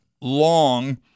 long